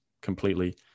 completely